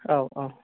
औ औ